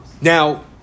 Now